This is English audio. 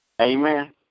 Amen